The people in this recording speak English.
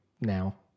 now